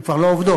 הן כבר לא עובדות.